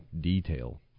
detail